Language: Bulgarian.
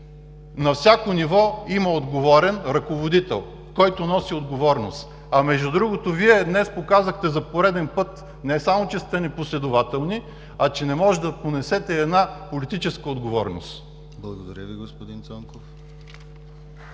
на всяко ниво има отговорен ръководител, който носи отговорност! Между другото, днес показахте за пореден път не само че сте непоследователни, а и че не можете да понесете една политическа отговорност. (Ръкопляскания от